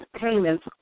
payments